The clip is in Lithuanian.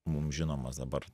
mum žinomas dabar